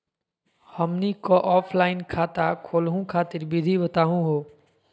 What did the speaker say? हमनी क ऑफलाइन खाता खोलहु खातिर विधि बताहु हो?